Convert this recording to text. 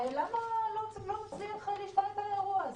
למה הוא לא מצליח להשתלט על האירוע הזה?